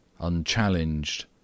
unchallenged